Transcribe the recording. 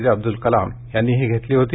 जे अब्दल कलाम यांनी देखील घेतली होती